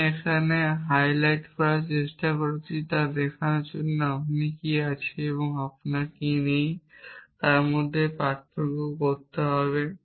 আমি এখানে যা হাইলাইট করার চেষ্টা করছি তা দেখানোর জন্য আপনার কী আছে এবং আপনার কী নেই তার মধ্যে পার্থক্য করতে হবে